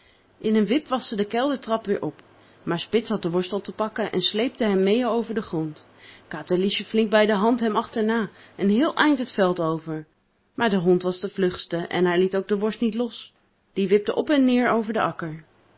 in een wip was ze de keldertrap weer op maar spits had de worst al te pakken en sleepte hem meê over den grond katerliesje flink bij de hand hem achterna een heel eind het veld over maar de hond was de vlugste en hij liet ook de worst niet los die wipte op en neer over den akker